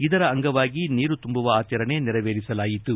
ಇದರ ಅಂಗವಾಗಿ ನೀರು ತುಂಬುವ ಆಚರಣೆ ನೆರವೇರಿಸಲಾಯಿತು